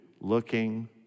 looking